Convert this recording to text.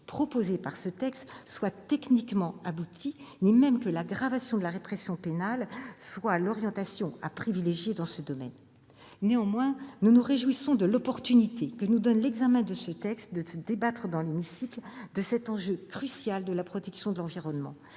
auteurs de ce texte soit techniquement aboutie, ni même que l'aggravation de la répression pénale soit l'orientation à privilégier dans ce domaine. Nous nous réjouissons néanmoins de l'opportunité que nous donne l'examen de ce texte de débattre dans l'hémicycle de cet enjeu crucial qu'est la protection de l'environnement.